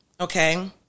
okay